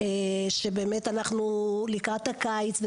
כשאנחנו לקראת הקיץ,